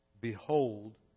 Behold